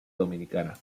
dominicana